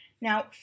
Now